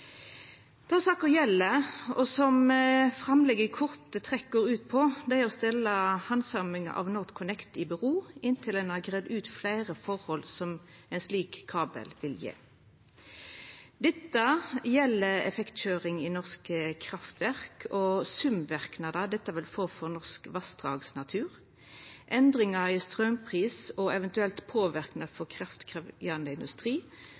Det saka gjeld, og som framlegget i korte trekk går ut på, er «å stille behandlinga av konsesjonen for NorthConnect i bero» inntil ein har greidd ut fleire forhold rundt konsekvensane av ein slik kabel. Det gjeld effektkøyring i norske kraftverk og sumverknader det vil få for norsk vassdragsnatur, endringar i straumpris og eventuell påverknad på kraftkrevjande industri